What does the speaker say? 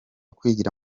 kwigira